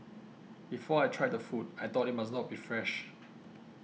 before I tried the food I thought it must not be fresh